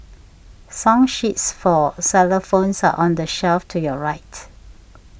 song sheets for cellar phones are on the shelf to your right